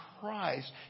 Christ